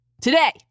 today